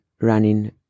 running